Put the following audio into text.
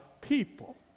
people